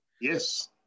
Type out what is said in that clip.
Yes